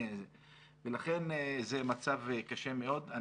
לכן זה מצב קשה מאוד.